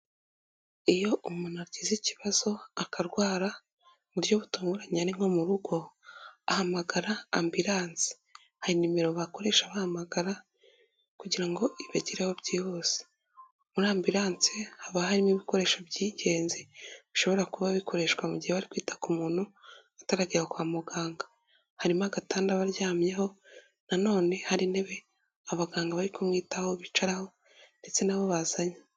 Iyo umuntu agize ikibazo akarwara mu buryo butunguranye ari nko mugo ahamagara ambulance. Hari nimero bakoresha bahamagara kugira ngo ibagereho byihuse. Muri ambulance haba harimo ibikoresho by'ingenzi bishobora kuba bikoreshwa mu gihe bari kwita ku muntu utaragera kwa muganga . Harimo agatanda aba aryamyeho, naone hari intebe abaganga bari kumwitaho bicaraho ndetse n'abo bazanye.